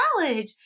college